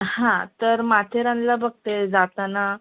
हां तर माथेरानला बघ ते जाताना